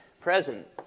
present